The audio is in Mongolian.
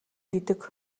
гэдэг